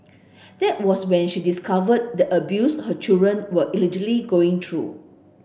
that was when she discovered the abuse her children were allegedly going through